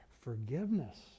forgiveness